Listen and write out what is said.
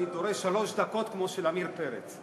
אני דורש שלוש דקות כמו של עמיר פרץ.